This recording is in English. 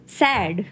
sad